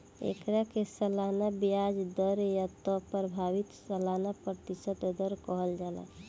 एकरा के सालाना ब्याज दर या त प्रभावी सालाना प्रतिशत दर कहल जाला